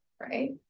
right